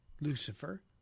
Lucifer